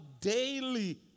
daily